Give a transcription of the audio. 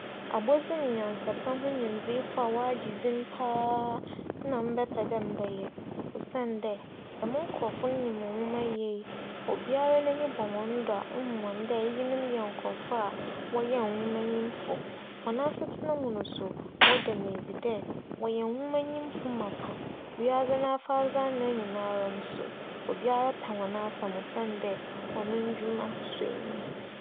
Abͻdzemunyasapɛ ho nyimdzeefo a wͻagye dzin paa nna mebɛpɛ dɛ mebɛyɛ osiandɛ dɛm nkorͻfo no nyim nwoma yie. Obiara n'enyi bͻ hͻn do a ohu hͻn dɛ iyinom yɛ nkorͻfo a wͻyɛ nwomanyimfo. Hͻn asetsena mu so, wͻda no edzi dɛ wͻyɛ nwomanyimfo mapa. Wiadze n'afaadze anan nyinara so, obiara pɛ hͻn asɛm osiandɛ hͻn ndwuma sͻ enyi.